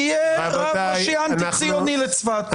ויהיה רב ראשי אנטי ציוני לצפת,